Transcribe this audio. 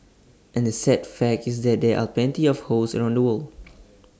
and the sad fact is that there are plenty of hosts around the world